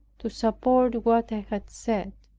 to support what i had said,